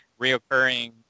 reoccurring